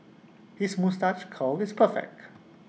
his moustache curl is perfect